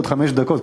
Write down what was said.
ועוד חמש דקות,